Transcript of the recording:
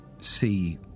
See